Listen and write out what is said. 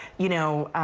you know,